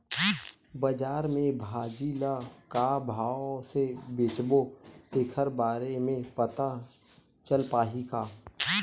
बजार में भाजी ल का भाव से बेचबो तेखर बारे में पता चल पाही का?